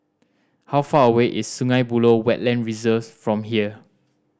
how far away is Sungei Buloh Wetland Reserve from here